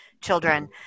children